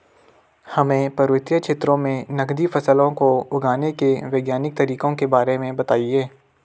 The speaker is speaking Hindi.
हमें पर्वतीय क्षेत्रों में नगदी फसलों को उगाने के वैज्ञानिक तरीकों के बारे में बताइये?